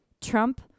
Trump